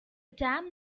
dam